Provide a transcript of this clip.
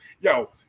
Yo